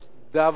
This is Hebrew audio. דווקא